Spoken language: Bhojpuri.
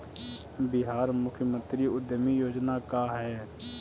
बिहार मुख्यमंत्री उद्यमी योजना का है?